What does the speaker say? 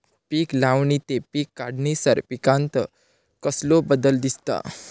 पीक लावणी ते पीक काढीसर पिकांत कसलो बदल दिसता?